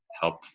help